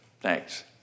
Thanks